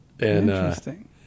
Interesting